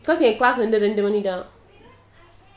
because in class ரெண்டுமணிதான்:rendumanithan